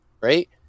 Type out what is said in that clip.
right